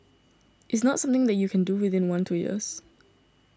it's not something that you can do within one two years